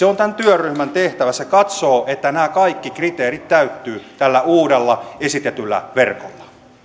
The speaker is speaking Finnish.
on tämän työryhmän tehtävä se katsoo että nämä kaikki kriteerit täyttyvät tällä uudella esitetyllä verkolla